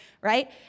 right